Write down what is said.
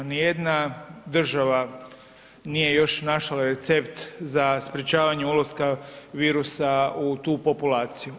Nijedna država nije još našla recept za sprečavanje ulaska virusa u tu populaciju.